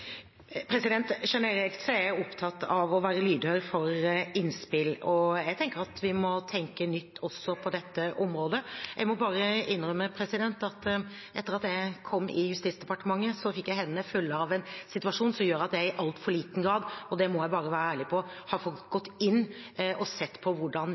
Generelt er jeg opptatt av å være lydhør for innspill, og jeg tenker at vi må tenke nytt også på dette området. Jeg må bare innrømme at etter at jeg kom i Justisdepartementet, fikk jeg hendene fulle av en situasjon som gjør at jeg i altfor liten grad – og det må jeg bare være ærlig på – har fått gått inn og sett på hvordan